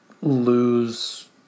lose